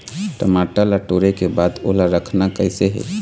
टमाटर ला टोरे के बाद ओला रखना कइसे हे?